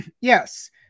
yes